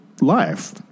life